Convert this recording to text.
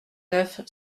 neuf